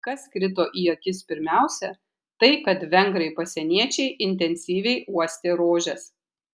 kas krito į akis pirmiausia tai kad vengrai pasieniečiai intensyviai uostė rožes